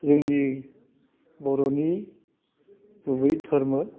जोंनि बर'नि गुबै धोरमो